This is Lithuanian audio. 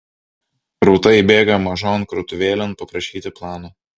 rūta įbėga mažon krautuvėlėn paprašyti plano